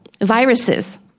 viruses